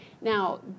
Now